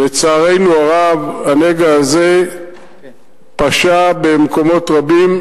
לצערנו הרב הנגע הזה פשה במקומות רבים,